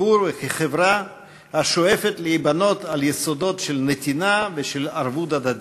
כציבור וכחברה השואפת להיבנות על יסודות של נתינה ושל ערבות הדדית.